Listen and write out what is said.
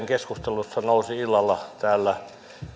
keskustelussa nousi eilen illalla täällä